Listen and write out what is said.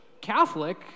Catholic